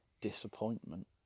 disappointment